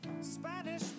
Spanish